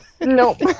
Nope